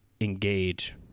engage